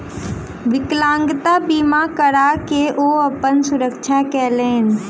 विकलांगता बीमा करा के ओ अपन सुरक्षा केलैन